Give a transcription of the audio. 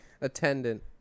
attendant